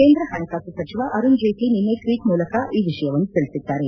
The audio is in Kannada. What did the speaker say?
ಕೇಂದ್ರ ಹಣಕಾಸು ಸಚಿವ ಅರುಣ್ ಜೇಟ್ಲಿ ನಿನ್ನೆ ಟ್ವೀಟ್ ಮೂಲಕ ಈ ವಿಷಯವನ್ನು ತಿಳಿಸಿದ್ದಾರೆ